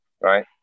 right